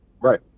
Right